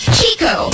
Chico